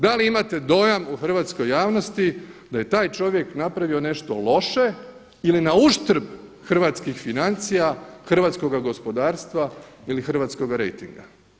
Da li imate dojam u hrvatskoj javnosti da je taj čovjek napravio nešto loše ili na uštrb hrvatskih financija, hrvatskoga gospodarstva ili hrvatskoga rejtinga?